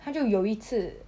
他就有一次